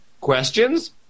Questions